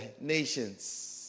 nations